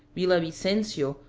villavicencio,